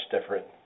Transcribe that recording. different